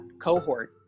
cohort